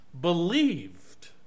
believed